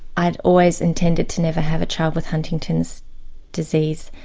i'd always intended to never have a child with huntington's disease,